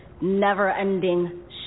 never-ending